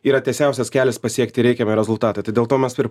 yra tiesiausias kelias pasiekti reikiamą rezultatą tai dėl to mes ir